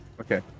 Okay